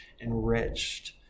enriched